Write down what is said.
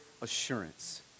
assurance